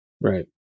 Right